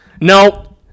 No